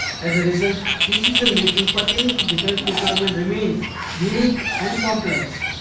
as a result, decision making pertaining to defence procurement remains unique and complex.